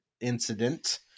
incident